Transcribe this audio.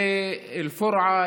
אל-פורעה,